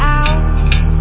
out